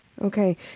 Okay